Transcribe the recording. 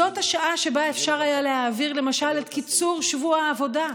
זאת השעה שבה אפשר היה להעביר למשל את קיצור שבוע העבודה.